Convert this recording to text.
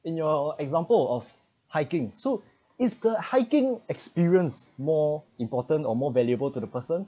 in your example of hiking so is the hiking experience more important or more valuable to the person